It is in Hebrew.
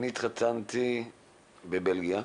אני התחתנתי בבלגיה,